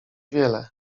wiele